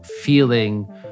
feeling